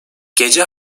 gece